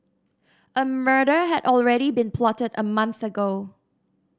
a murder had already been plotted a month ago